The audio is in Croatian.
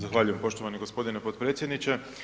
Zahvaljujem poštovani gospodine potpredsjedniče.